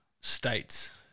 states